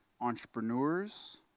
Entrepreneurs